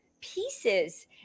pieces